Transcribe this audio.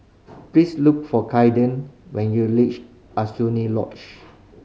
please look for Kayden when you reach Lodge